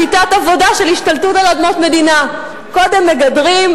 שיטת עבודה של השתלטות על אדמות מדינה: קודם מגדרים,